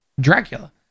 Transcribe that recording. Dracula